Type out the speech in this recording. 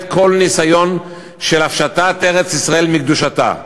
כל ניסיון של הפשטת ארץ-ישראל מקדושתה,